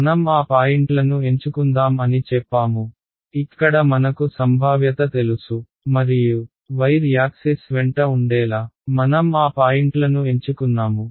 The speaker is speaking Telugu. మనం ఆ పాయింట్లను ఎంచుకుందాం అని చెప్పాము ఇక్కడ మనకు సంభావ్యత తెలుసు మరియు వైర్ యాక్సిస్ వెంట ఉండేలా మనం ఆ పాయింట్లను ఎంచుకున్నాము